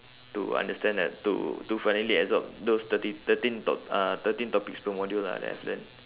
to understand that to to finally absorb those thirteen thirteen top~ uh thirteen topics per module lah that I've learnt